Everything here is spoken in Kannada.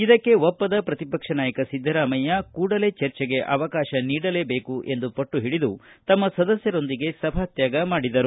ಇದಕ್ಕೆ ಒಪ್ಪದ ಪ್ರತಿಪಕ್ಷ ನಾಯಕ ಸಿದ್ದರಾಮಯ್ಯ ಕೂಡಲೇ ಚರ್ಚೆಗೆ ಅವಕಾತ ನೀಡಲೇಬೇಕು ಎಂದು ಪಟ್ಟು ಹಿಡಿದು ತಮ್ನ ಸದಸ್ಟರೊಂದಿಗೆ ಸಭಾತ್ಯಾಗ ಮಾಡಿದರು